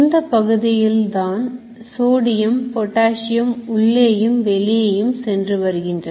இந்த பகுதியில்தான் sodium potassium உள்ளேயும் வெளியேயும் சென்று வருகின்றன